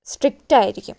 strict ആയിരിക്കും